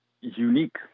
unique